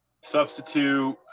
Substitute